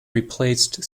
replaced